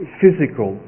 physical